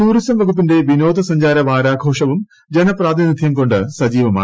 tourism വകുപ്പിന്റെ വിനോദസഞ്ചാര വാരാഘോഷവും ജനപ്രാതിനിധ്യം കൊണ്ട് സജീവമാണ്